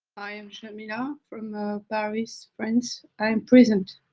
i am chemina from paris, france, i am present.